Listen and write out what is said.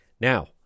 now